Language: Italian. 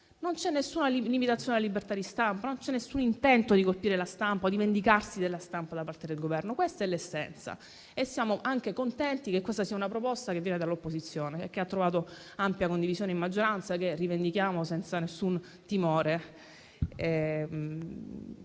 Non c'è alcuna limitazione alla libertà di stampa, non c'è alcun intento di colpire la stampa o di vendicarsi della stampa da parte del Governo. Questa è l'essenza. Siamo anche contenti che questa sia una proposta che viene dall'opposizione, che ha trovato ampia condivisione in maggioranza e che noi rivendichiamo senza alcun timore.